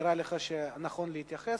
שנראה לך שנכון להתייחס,